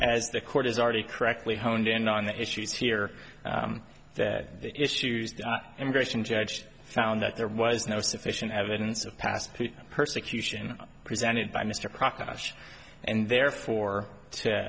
as the court has already correctly honed in on the issues here that issues the immigration judge found that there was no sufficient evidence of past persecution presented by mr prakash and therefore